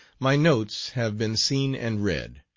my notes have been seen and read.